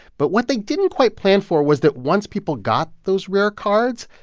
but what they didn't quite plan for was that once people got those rare cards,